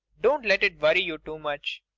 don't let it worry you too much.